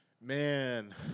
Man